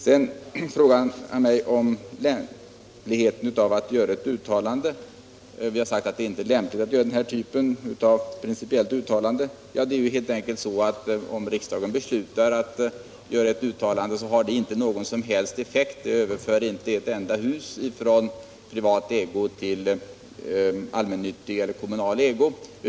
Sedan ville herr Nilsson också att jag skulle säga något om lämpligheten av att göra ett uttalande. Ja, vi har sagt att det inte är lämpligt att göra något principiellt uttalande av den typ som föreslagits. Det är ju på det sättet att om riksdagen beslutar att göra ett sådant uttalande, så har det inte någon som helst effekt. Det överför inte ett enda hus från privat till allmännyttig eller kommunal ägo.